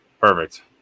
Perfect